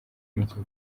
mutuku